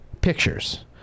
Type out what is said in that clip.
pictures